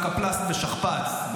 שם קפלס"ט ושכפ"ץ.